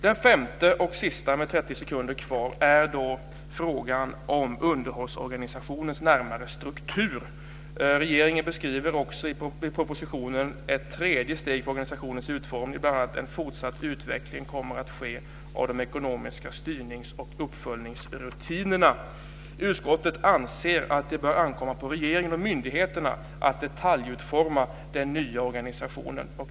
Den femte och sista frågan gäller underhållsorganisationens närmare struktur. Regeringen beskriver också i propositionen ett tredje steg för organisationens utformning, bl.a. att en fortsatt utveckling kommer att ske av de ekonomiska styrnings och uppföljningsrutinerna. Utskottet anser att det bör ankomma på regeringen och myndigheterna att detaljutforma den nya organisationen.